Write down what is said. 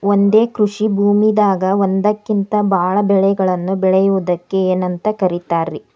ಒಂದೇ ಕೃಷಿ ಭೂಮಿದಾಗ ಒಂದಕ್ಕಿಂತ ಭಾಳ ಬೆಳೆಗಳನ್ನ ಬೆಳೆಯುವುದಕ್ಕ ಏನಂತ ಕರಿತಾರೇ?